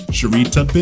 Sharita